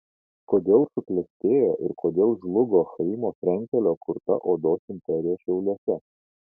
kodėl suklestėjo ir kodėl žlugo chaimo frenkelio kurta odos imperija šiauliuose